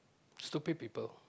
stupid people